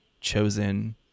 chosen